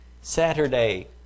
Saturday